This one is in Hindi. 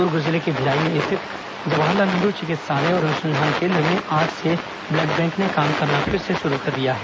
द्र्ग जिले के भिलाई में स्थित जवाहरलाल नेहरू चिकित्सालय और अनुसंधान केंद्र में आज से ब्लड बैंक ने काम करना फिर शुरू कर दिया है